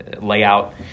layout